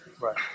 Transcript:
Right